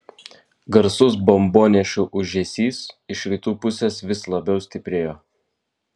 garsus bombonešių ūžesys iš rytų pusės vis labiau stiprėjo